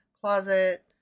closet